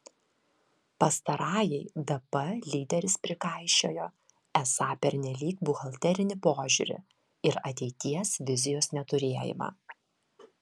pastarajai dp lyderis prikaišiojo esą pernelyg buhalterinį požiūrį ir ateities vizijos neturėjimą